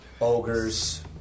ogres